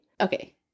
Okay